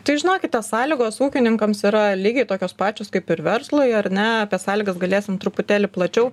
tai žinokite sąlygos ūkininkams yra lygiai tokios pačios kaip ir verslui ar ne apie sąlygas galėsim truputėlį plačiau